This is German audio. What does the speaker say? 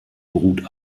brut